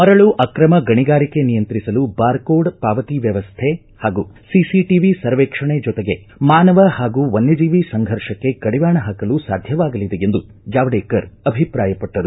ಮರಳು ಆಕ್ರಮ ಗಣಿಗಾರಿಕೆ ನಿಯಂತ್ರಿಸಲು ಬಾರ್ಕೋಡ್ ಪಾವತಿ ವ್ಯವಸ್ಥೆ ಹಾಗೂ ಸಿಸಿ ಟಿಐ ಸರ್ವೇಕ್ಷಣೆ ಜೊತೆಗೆ ಮಾನವ ಹಾಗೂ ವನ್ನಜೀವಿ ಸಂಘರ್ಷಕ್ಕೆ ಕಡಿವಾಣ ಹಾಕಲು ಸಾಧ್ಯವಾಗಲಿದೆ ಎಂದು ಜಾವಡೇಕರ್ ಅಭಿಪ್ರಾಯ ಪಟ್ಟರು